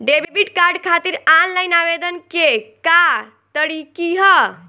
Debit card खातिर online आवेदन के का तरीकि ह?